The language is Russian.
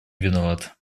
виноват